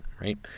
right